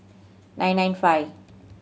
nine nine five